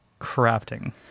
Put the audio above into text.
crafting